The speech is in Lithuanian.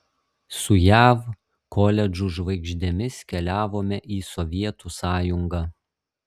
su jav koledžų žvaigždėmis keliavome į sovietų sąjungą